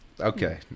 okay